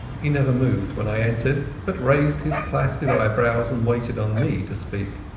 he never moved when i entered, but raised his placid eyebrows and waited on me to speak.